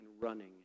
running